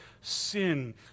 sin